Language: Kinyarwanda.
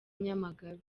nyamagabe